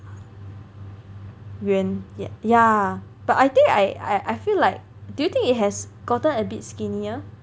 圆 yeah yeah but I think I I I feel like do you think it has gotten a bit skinnier